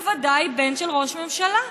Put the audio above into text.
בוודאי בן של ראש ממשלה.